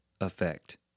effect